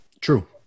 True